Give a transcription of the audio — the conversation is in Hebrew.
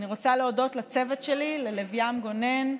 אני רוצה להודות לצוות שלי: ללב ים גונן,